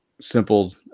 simple